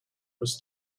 was